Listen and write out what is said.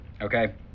okay